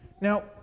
Now